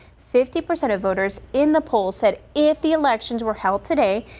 fifty percent of voters in the poll said if the elections were held today.